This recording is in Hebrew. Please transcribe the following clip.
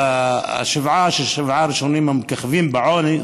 מהשבעה הראשונים שמככבים בעוני.